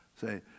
Say